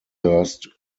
hurst